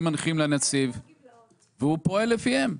לנציב והוא פועל לפיהם.